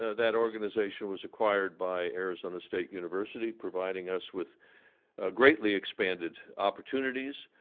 that organization was acquired by arizona state university, providing us with greatly expanded opportunities,